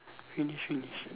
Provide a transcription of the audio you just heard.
finish finish